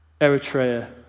Eritrea